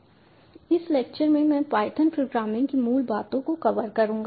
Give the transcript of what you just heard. इस लेक्चर में मैं पायथन प्रोग्रामिंग की मूल बातों को कवर करूंगा